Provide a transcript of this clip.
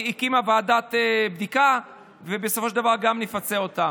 הקימה ועדת בדיקה ובסופו של דבר נפצה גם אותם.